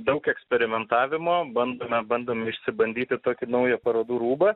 daug eksperimentavimo bandome bandom išsibandyti tokį naują parodų rūbą